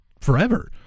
forever